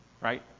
right